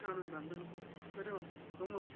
اَہَن حظ بِلکُل کٔرو حظ حُکُم کٔم حظ چھِو